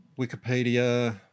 Wikipedia